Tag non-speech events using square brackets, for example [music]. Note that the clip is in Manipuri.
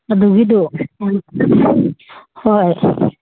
ꯑꯗꯨꯒꯤꯗꯣ [unintelligible] ꯍꯣꯏ